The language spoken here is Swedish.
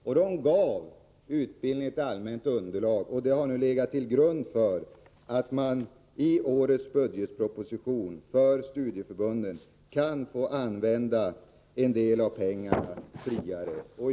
Ett allmänt underlag åstadkoms för utbildningen, och det har legat till grund för årets budgetproposition i detta avseende. Studieförbunden kan nu således använda en del av pengarna på ett friare sätt.